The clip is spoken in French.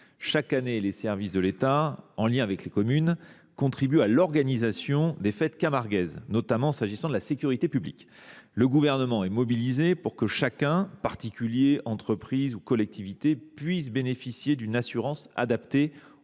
Chaque année, les services de l’État, en lien avec les communes, contribuent à l’organisation des fêtes camarguaises, notamment pour ce qui relève de la sécurité publique. Le Gouvernement est mobilisé pour que chacun – particulier, entreprise, collectivité – puisse bénéficier d’une assurance adaptée aux risques